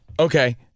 Okay